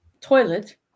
toilet